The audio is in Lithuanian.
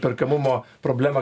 perkamumo problemą